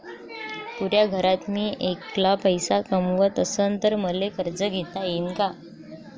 पुऱ्या घरात मी ऐकला पैसे कमवत असन तर मले कर्ज घेता येईन का?